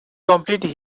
completed